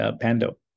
Pando